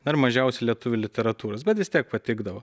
ar mažiausiai lietuvių literatūros bet vis tiek patikdavo